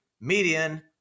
Median